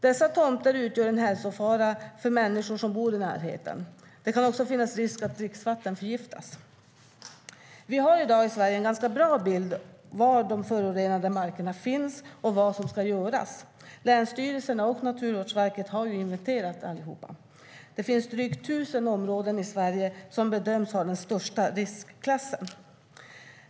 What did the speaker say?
Dessa tomter utgör en hälsofara för människor som bor i närheten. Det kan också finnas risk att dricksvatten förgiftas. Det finns i dag i Sverige en bra bild av var de förorenade markerna finns och vad som ska göras. Länsstyrelserna och Naturvårdsverket har inventerat alla. Det finns drygt tusen områden i Sverige som bedöms ha den högsta riskklassen.